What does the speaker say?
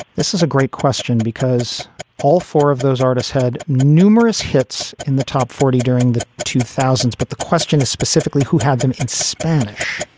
this is a great question because all four of those artists had numerous hits in the top forty during the two thousand but the question is specifically who had them in spanish